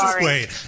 Wait